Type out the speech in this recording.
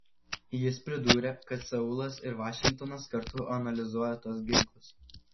jis pridūrė kad seulas ir vašingtonas kartu analizuoja tuos ginklus